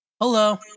Hello